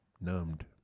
Numbed